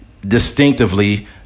distinctively